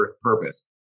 purpose